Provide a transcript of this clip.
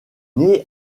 née